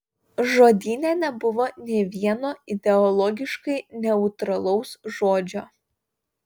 žodyne nebuvo nė vieno ideologiškai neutralaus žodžio